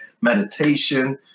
meditation